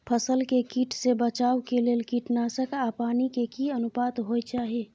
फसल के कीट से बचाव के लेल कीटनासक आ पानी के की अनुपात होय चाही?